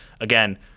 again